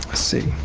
see